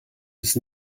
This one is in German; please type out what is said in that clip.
ist